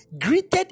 greeted